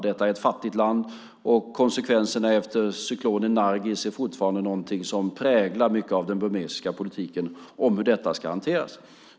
Det är ett fattigt land, och konsekvenserna efter cyklonen Nargis präglar fortfarande mycket av den burmesiska politiken beträffande hur detta ska hanteras.